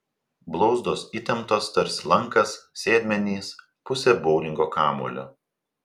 blauzdos įtemptos tarsi lankas sėdmenys pusė boulingo kamuolio